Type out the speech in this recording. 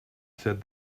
said